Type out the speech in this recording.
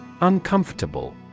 Uncomfortable